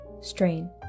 Strain